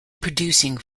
producing